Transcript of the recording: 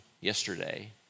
yesterday